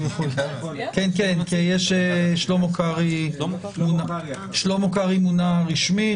שלמה קרעי מונה רשמית,